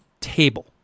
table